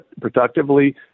productively